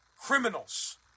criminals